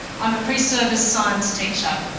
i'm a pre-service science teacher,